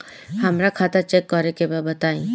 हमरा खाता चेक करे के बा बताई?